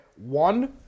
One